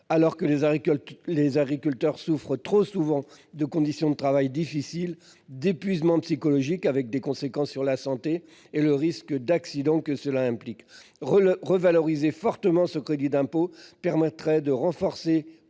alors que les agriculteurs souffrent trop souvent de conditions de travail difficiles et d'épuisement psychologique, avec les conséquences sur la santé et le risque d'accident que cela implique. Revaloriser fortement le crédit d'impôt permettrait de renforcer